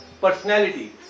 personality